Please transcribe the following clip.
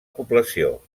població